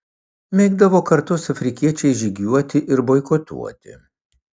mėgdavo kartu su afrikiečiais žygiuoti ir boikotuoti